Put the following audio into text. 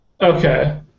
Okay